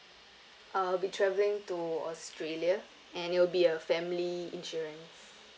I'll be travelling to australia and it'll be a family insurance